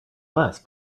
less